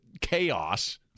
chaos